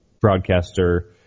broadcaster